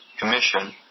commission